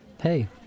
Hey